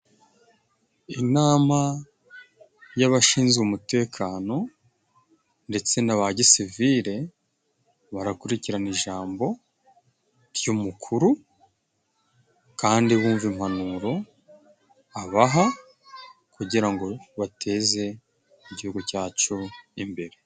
Inama y'abashinzwe umutekano ndetse n'aba gisivile barakurikirana ijambo ry'umukuru, kandi bumva impanuro abaha, kugira ngo bateze igihugu cyacu imbere.